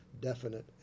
definite